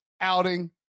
outing